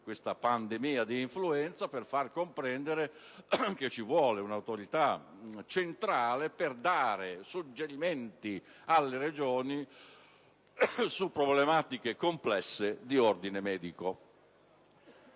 questa pandemia di influenza) e per far comprendere che è necessaria un'autorità centrale per dare suggerimenti alle Regioni su problematiche complesse di ordine medico.